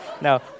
no